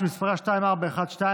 שמספרה 2412,